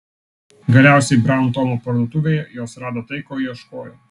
galiausiai braun tomo parduotuvėje jos rado tai ko ieškojo